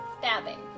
stabbing